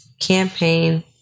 campaign